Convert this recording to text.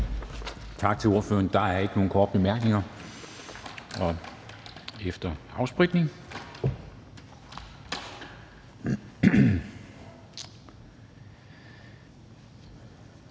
Tak til ordføreren. Der er ikke nogen korte bemærkninger, og efter en afspritning